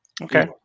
Okay